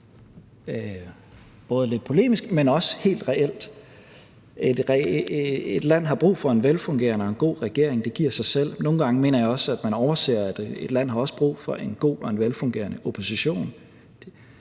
både lidt polemisk, men også helt reelt. Et land har brug for en velfungerende og god regering, det giver sig selv. Nogle gange mener jeg, at man overser, at et land også har brug for en god og velfungerende opposition,